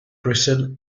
britain